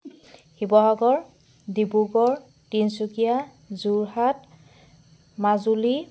Sivasagar Dibrugarh Tinsukia Jorhat Majuli